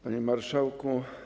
Panie Marszałku!